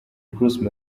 bruce